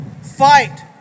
fight